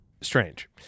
Strange